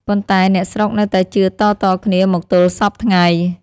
ប៉ុន្តែ អ្នកស្រុកនៅតែជឿតៗគ្នាមកទល់សព្វថ្ងៃ។